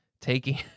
taking